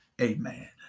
Amen